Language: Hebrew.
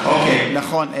נכון.